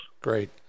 Great